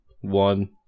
one